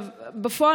בפועל,